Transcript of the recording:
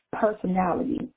personality